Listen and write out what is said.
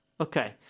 okay